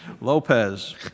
Lopez